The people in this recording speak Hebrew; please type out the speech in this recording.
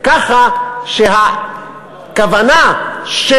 ככה שהכוונה של